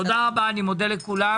תודה רבה, אני מודה לכולם.